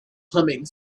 humming